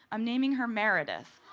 i'm naming her meredith.